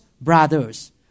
brothers